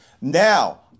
Now